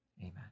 Amen